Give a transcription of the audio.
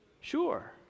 sure